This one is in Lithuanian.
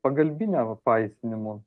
pagalbinio apvaisinimo